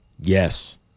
Yes